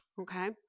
okay